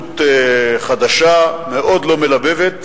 התנהגות חדשה, מאוד לא מלבבת.